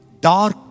dark